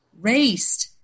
raced